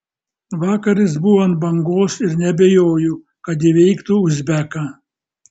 vakar jis buvo ant bangos ir neabejoju kad įveiktų uzbeką